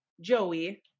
Joey